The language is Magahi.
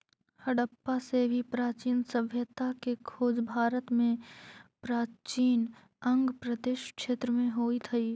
हडप्पा से भी प्राचीन सभ्यता के खोज भारत में प्राचीन अंग प्रदेश क्षेत्र में होइत हई